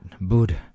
Buddha